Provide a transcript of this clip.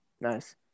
Nice